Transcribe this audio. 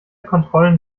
kontrollen